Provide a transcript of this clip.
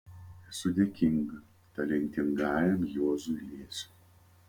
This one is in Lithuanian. esu dėkinga talentingajam juozui liesiui